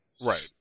right